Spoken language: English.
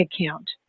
account